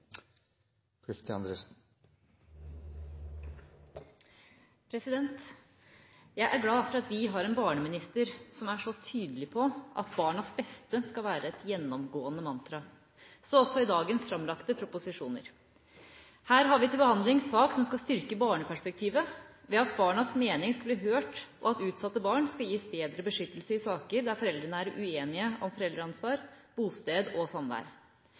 glad for at vi har en barneminister som er så tydelig på at barnas beste skal være det gjennomgående mantra – så også i dagens framlagte proposisjoner. Her har vi til behandling en sak som skal styrke barneperspektivet ved at barnas mening skal bli hørt, og at utsatte barn skal gis bedre beskyttelse i saker der foreldrene er uenige om foreldreansvar, bosted og samvær.